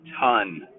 ton